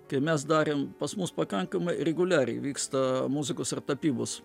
kai mes darėm pas mus pakankamai reguliariai vyksta muzikos ir tapybos